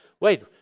wait